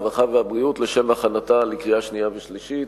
הרווחה והבריאות לשם הכנתה לקריאה שנייה ושלישית.